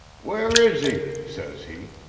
where is he says he.